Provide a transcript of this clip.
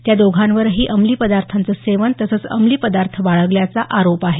त्या दोघांवरही अंमली पदार्थांचं सेवन तसंच अंमली पदार्थ बाळगल्याचा आरोप आहे